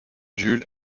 jules